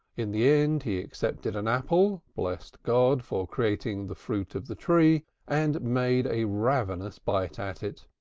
in the end he accepted an apple, blessed god for creating the fruit of the tree, and made a ravenous bite at it.